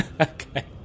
Okay